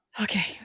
Okay